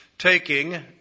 Taking